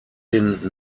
den